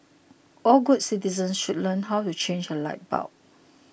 all good citizens should learn how rechange a light bulb